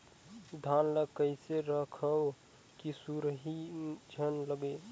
धान ल कइसे रखव कि सुरही झन लगे?